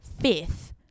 fifth